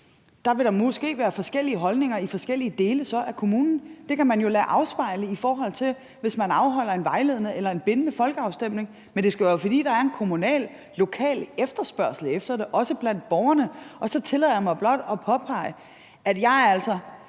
vil der måske være forskellige holdninger i forskellige dele af kommunen. Det kan man jo lade afspejle i forhold til at afholde en vejledende eller en bindende folkeafstemning. Men det skal jo være, fordi der er en kommunal lokal efterspørgsel efter det, også blandt borgerne. Så tillader jeg mig blot at påpege, at jeg altså